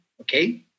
Okay